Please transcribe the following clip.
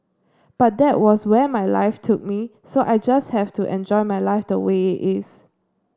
but that was where my life took me so I just have to enjoy my life the way it is